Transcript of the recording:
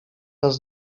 raz